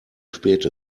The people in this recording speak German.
spät